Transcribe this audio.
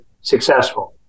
successful